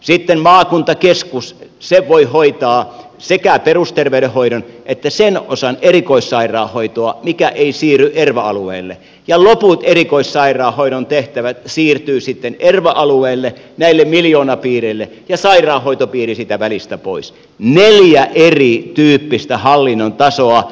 sitten maakuntakeskus voi hoitaa sekä perusterveydenhoidon että sen osan erikoissairaanhoitoa mikä ei siirry erva alueelle ja loput erikoissairaanhoidon tehtävät siirtyvät sitten erva alueelle näille miljoonapiireille ja sairaanhoitopiiri siitä välistä pois neljä erityyppistä hallinnon tasoa